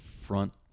front